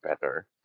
better